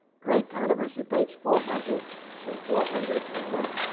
great controversy page four hundred and four hundred and one.